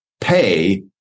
pay